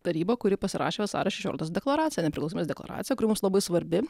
tarybą kuri pasirašė vasario šešioliktos deklaraciją nepriklausomybės dekoraciją kuri mums labai svarbi